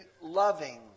loving